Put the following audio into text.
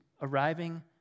arriving